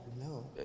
No